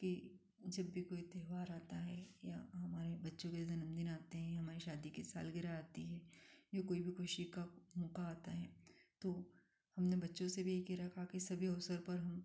कि जब भी कोई त्यौहार आता है या हमारे बच्चों के जन्मदिन आते हैं या हमारी शादी की सालगिरह आती है या कोई भी खुशी का मौका आता है तो हमनें बच्चों से भी कह रखा है कि सभी अवसर पर हम